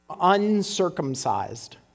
uncircumcised